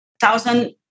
thousand